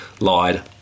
lied